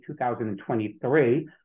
2023